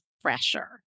fresher